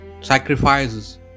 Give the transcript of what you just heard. sacrifices